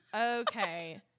Okay